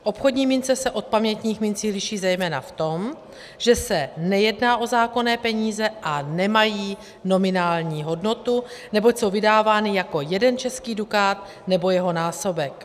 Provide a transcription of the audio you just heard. Obchodní mince se od pamětních mincí liší zejména v tom, že se nejedná o zákonné peníze a nemají nominální hodnotu, neboť jsou vydávány jako jeden český dukát nebo jeho násobek.